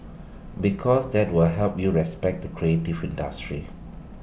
because that will help you respect the creative industry